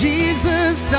Jesus